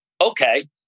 okay